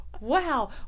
wow